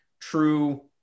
true